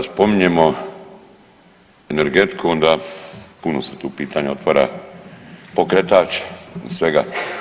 spominjemo energetiku onda puno se tu pitanja otvara, pokretač svega.